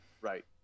Right